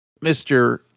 Mr